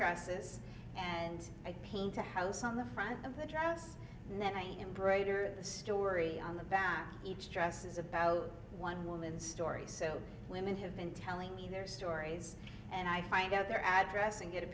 dresses and i paint a house on the front of the truss and then i embroider the story on the back each dresses about one woman's story so women have been telling me their stories and i find out their address and get a